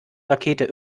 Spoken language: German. rakete